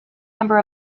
number